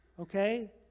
okay